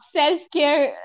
self-care